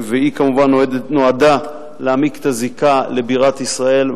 והיא כמובן נועדה להעמיק את הזיקה לבירת ישראל,